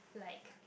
like